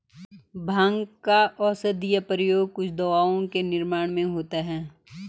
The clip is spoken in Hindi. भाँग का औषधीय प्रयोग कुछ दवाओं के निर्माण में होता है